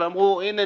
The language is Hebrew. ואמרו: הנה,